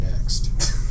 next